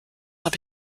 habe